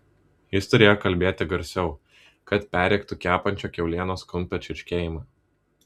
jis turėjo kalbėti garsiau kad perrėktų kepančio kiaulienos kumpio čirškėjimą